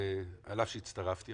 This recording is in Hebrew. על אף שהצטרפתי,